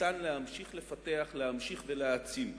שניתן להמשיך לפתח, להמשיך להעצים?